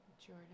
Jordan